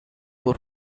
what